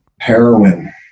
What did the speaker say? Heroin